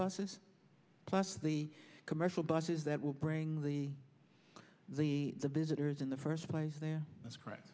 buses plus the commercial buses that will bring the the the visitors in the first place there that's correct